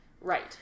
Right